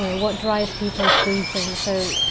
you know what drives people to do things, so,